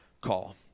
call